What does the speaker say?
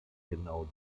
genau